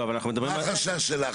לא, אבל אנחנו מדברים על --- מה החשש שלך?